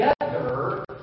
together